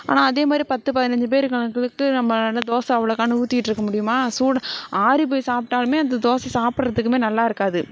ஆனால் அதே மாதிரி பத்து பதினைஞ்சி பேர் நம்மளால தோசை அவ்வளோகானு ஊற்றியிட்ருக்க முடியுமா சூடாக ஆறி போய் சாப்பிட்டாலுமே அந்த தோசை சாப்பிட்றதுக்குமே நல்லாயிருக்காது